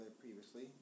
previously